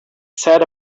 said